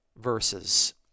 verses